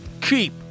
keep